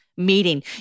meeting